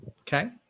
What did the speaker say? Okay